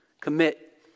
commit